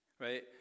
right